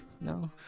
No